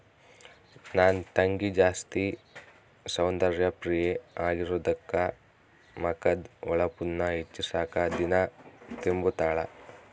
ನನ್ ತಂಗಿ ಜಾಸ್ತಿ ಸೌಂದರ್ಯ ಪ್ರಿಯೆ ಆಗಿರೋದ್ಕ ಮಕದ್ದು ಹೊಳಪುನ್ನ ಹೆಚ್ಚಿಸಾಕ ದಿನಾ ತಿಂಬುತಾಳ